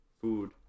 food